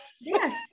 yes